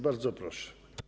Bardzo proszę.